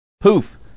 Poof